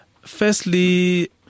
Firstly